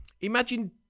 imagine